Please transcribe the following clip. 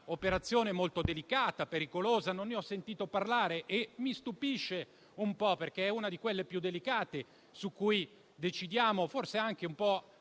un'operazione molto delicata e pericolosa. Non ne ho sentito parlare e mi stupisce un po', perché è una delle operazioni più delicate su cui decidiamo, forse anche un po'